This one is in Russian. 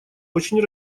очень